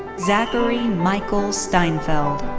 zachary michael steinfeld.